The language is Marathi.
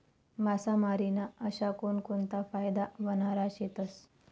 मासामारी ना अशा कोनकोनता फायदा व्हनारा शेतस?